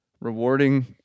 rewarding